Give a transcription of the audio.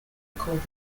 called